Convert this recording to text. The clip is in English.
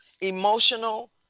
emotional